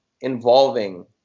involving